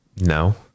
no